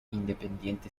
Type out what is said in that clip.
independiente